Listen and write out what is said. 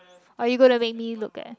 or you gonna make me look at